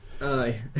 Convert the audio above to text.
aye